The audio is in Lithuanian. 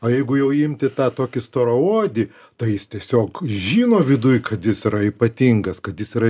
o jeigu jau imti tą tokį storaodį tai jis tiesiog žino viduj kad jis yra ypatingas kad jis yra